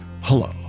hello